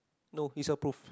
no it's approve